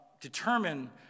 determine